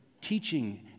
teaching